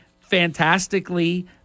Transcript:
fantastically